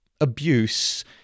abuse